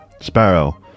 Sparrow